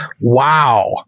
Wow